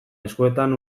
eskuetan